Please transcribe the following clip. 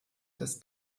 des